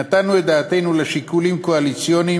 נתנו את דעתנו לשיקולים קואליציוניים